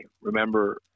Remember